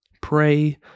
Pray